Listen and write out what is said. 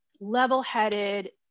level-headed